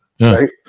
Right